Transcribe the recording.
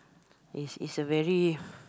is is a very